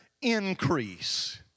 increase